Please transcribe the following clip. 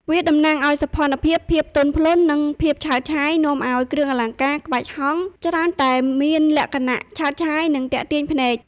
វាតំណាងឱ្យ សោភ័ណភាព ភាពទន់ភ្លន់ និង ភាពឆើតឆាយនាំឲ្យ គ្រឿងអលង្ការក្បាច់ហង្សច្រើនតែមានលក្ខណៈឆើតឆាយ និងទាក់ទាញភ្នែក។